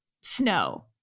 snow